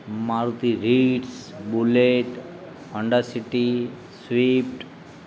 Maruti Ritz Bullet Honda City Swift